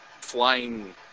flying